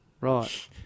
Right